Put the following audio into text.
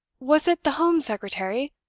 was it the home secretary?